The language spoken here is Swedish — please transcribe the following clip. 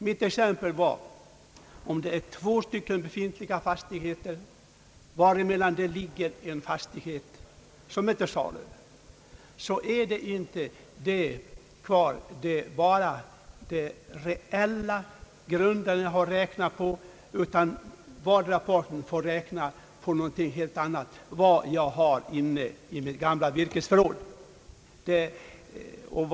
Som exempel valde jag två fastigheter, mellan vilka det ligger en fastighet som är till salu. Då har man att beräkna inte bara den reella grunden, utan vardera parten får räkna på någonting helt annat, nämligen vad man har inne i det gamla virkesförrådet.